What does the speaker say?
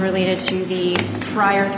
related to the prior t